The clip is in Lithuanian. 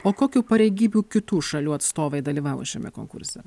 o kokių pareigybių kitų šalių atstovai dalyvavo šiame konkurse